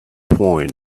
point